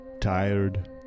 tired